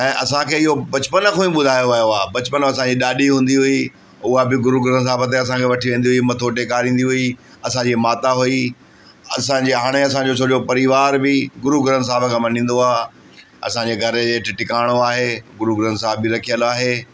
ऐं असांखे इहो बचपन खां ई ॿुधायो वियो आहे बचपन में असांजी ॾाॾी हूंदी हुई उहा बि गुरू ग्रंथ साहब ते असांखे वठी वेंदी हुई मथो टेकारींदी हुई असांजी माता हुई असांजी हाणे असांजो सॼो परिवारु बि गुरू ग्रंथ साहब खे मञींदो आहे असांजे घर हेठु टिकाणो आहे गुरू ग्रंथ साहब बि रखियलु आहे